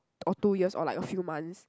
or two years or like a few months